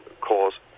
cause